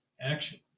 action